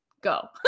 Go